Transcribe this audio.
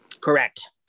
correct